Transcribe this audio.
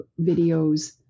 videos